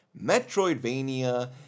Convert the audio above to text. Metroidvania